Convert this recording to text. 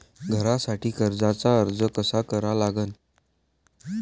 घरासाठी कर्जाचा अर्ज कसा करा लागन?